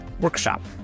workshop